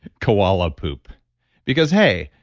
koala poop because hey,